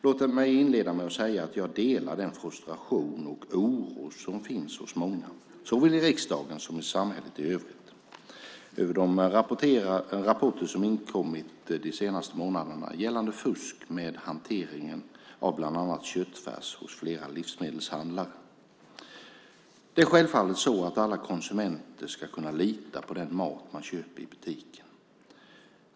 Låt mig inleda med att säga att jag delar den frustration och oro som finns hos många, såväl i riksdagen som i samhället i övrigt, över de rapporter som inkommit de senaste månaderna gällande fusk med hanteringen av bland annat köttfärs hos flera livsmedelshandlare. Det är självfallet så att alla konsumenter ska kunna lita på den mat man köper i butiken.